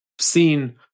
seen